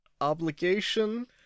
obligation